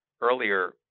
earlier